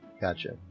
Gotcha